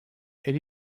elle